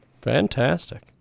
fantastic